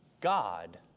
God